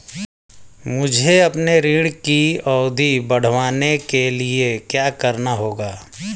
मुझे अपने ऋण की अवधि बढ़वाने के लिए क्या करना होगा?